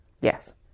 Yes